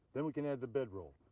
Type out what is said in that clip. then we can add the bedroll.